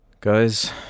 Guys